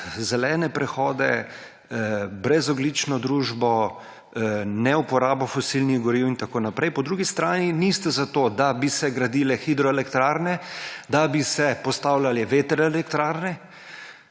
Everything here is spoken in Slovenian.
zelene prehode, brezogljično družbo, neuporabo fosilnih goriv in tako naprej, po drugi strani niste za to, da bi se gradile hidroelektrarne, da bi se postavljale vetrne elektrarne.